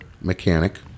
mechanic